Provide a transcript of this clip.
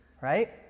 right